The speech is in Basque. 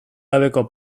gabeko